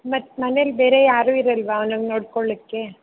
ಮತ್ತೆ ಮನೇಲ್ಲಿ ಬೇರೆ ಯಾರೂ ಇರೋಲ್ವಾ ಅವ್ನನ್ನು ನೋಡಿಕೊಳ್ಲಿಕ್ಕೆ